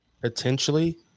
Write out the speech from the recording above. Potentially